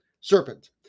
serpent